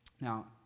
Now